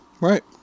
Right